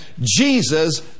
Jesus